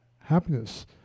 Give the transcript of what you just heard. happiness